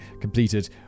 completed